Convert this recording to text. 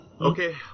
Okay